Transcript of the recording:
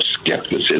skepticism